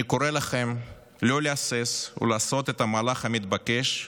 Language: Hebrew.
אני קורא לכם לא להסס ולעשות את המהלך המתבקש,